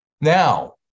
Now